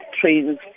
trains